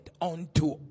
unto